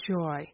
joy